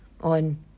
on